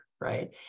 right